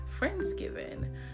Friendsgiving